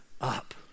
up